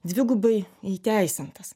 dvigubai įteisintas